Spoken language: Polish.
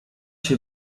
się